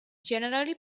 generally